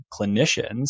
clinicians